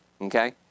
Okay